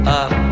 up